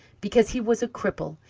because he was a cripple,